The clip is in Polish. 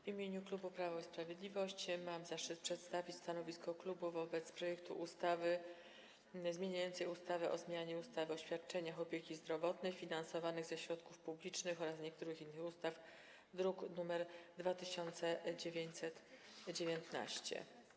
W imieniu klubu Prawo i Sprawiedliwość mam zaszczyt przedstawić stanowisko klubu wobec projektu ustawy zmieniającej ustawę o zmianie ustawy o świadczeniach opieki zdrowotnej finansowanych ze środków publicznych oraz niektórych innych ustaw, druk nr 2919.